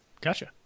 Gotcha